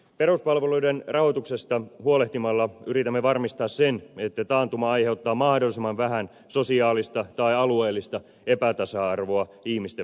peruspalveluiden rahoituksesta huolehtimalla yritämme varmistaa sen että taantuma aiheuttaa mahdollisimman vähän sosiaalista tai alueellista epätasa arvoa ihmisten välillä